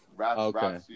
Okay